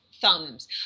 thumbs